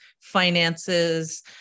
finances